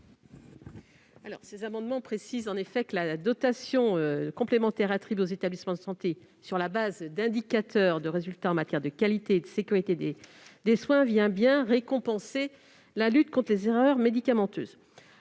Ces amendements tendent à préciser que la dotation complémentaire attribuée aux établissements de santé sur la base d'indicateurs de résultats en matière de qualité et de sécurité des soins vient récompenser la lutte contre les erreurs médicamenteuses.